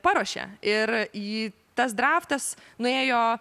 paruošė ir į tas draftas nuėjo